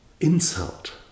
insult